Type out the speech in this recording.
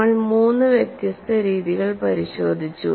നമ്മൾ മൂന്ന് വ്യത്യസ്ത രീതികൾ പരിശോധിച്ചു